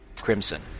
crimson